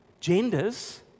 genders